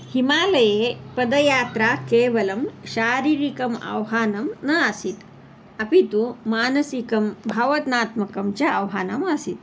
हिमालये पदयात्रा केवलं शारीरिकम् आह्वानं न आसीत् अपि तु मानसिकं भावनात्मकं च आह्वानमासीत्